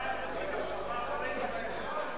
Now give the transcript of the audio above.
ההצעה להעביר את